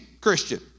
Christian